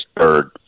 third